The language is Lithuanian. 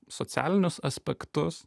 socialinius aspektus